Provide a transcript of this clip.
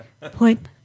Point